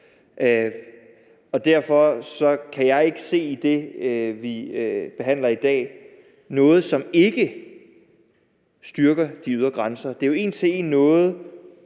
Derfor kan jeg ikke set det, vi behandler i dag, som noget, der ikke styrker de ydre grænser. Det er jo en til en noget,